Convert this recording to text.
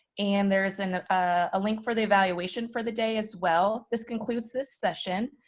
and there's and a link for the evaluation for the day as well. this concludes this session.